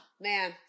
man